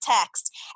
text